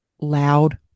loud